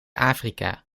afrika